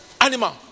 animal